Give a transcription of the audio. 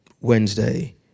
Wednesday